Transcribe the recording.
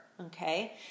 okay